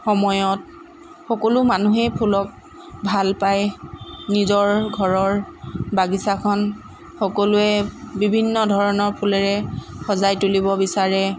সময়ত সকলো মানুহেই ফুলক ভাল পায় নিজৰ ঘৰৰ বাগিচাখন সকলোৱে বিভিন্ন ধৰণৰ ফুলেৰে সজাই তুলিব বিচাৰে